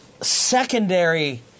secondary